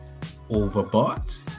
overbought